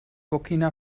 burkina